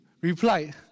replied